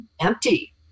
empty